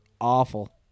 awful